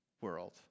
world